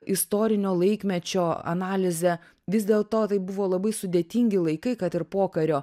istorinio laikmečio analizę vis dėlto tai buvo labai sudėtingi laikai kad ir pokario